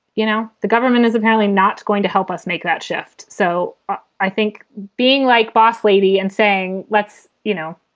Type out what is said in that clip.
you know, the government is apparently not going to help us make that shift. so i think being like boss lady and saying let's, you know,